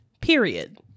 Period